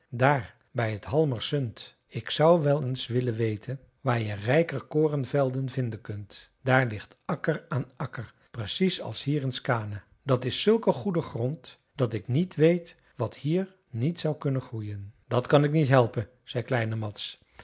daar bij t halmar sund ik zou wel eens willen weten waar je rijker korenvelden vinden kunt daar ligt akker aan akker precies als hier in skaane dat is zulke goede grond dat ik niet weet wat hier niet zou kunnen groeien dat kan ik niet helpen zei kleine mads